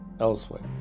elsewhere